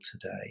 today